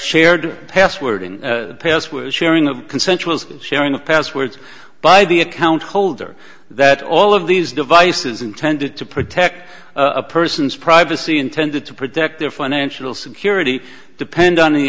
shared password and password sharing of consensual sharing of passwords by the account holder that all of these devices intended to protect a person's privacy intended to protect their financial security depend on the